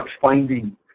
finding